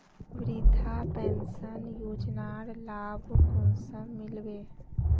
वृद्धा पेंशन योजनार लाभ कुंसम मिलबे?